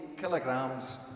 kilograms